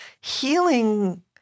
healing